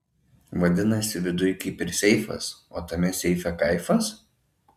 vadinasi viduj kaip ir seifas o tame seife kaifas